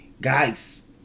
guys